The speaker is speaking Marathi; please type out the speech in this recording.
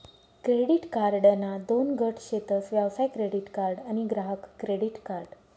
क्रेडीट कार्डना दोन गट शेतस व्यवसाय क्रेडीट कार्ड आणि ग्राहक क्रेडीट कार्ड